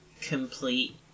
complete